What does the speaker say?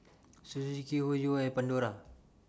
Suzuki Hoyu and Pandora